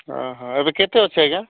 ହଁ ହଁ ଏବେ କେତେ ଅଛି ଆଜ୍ଞା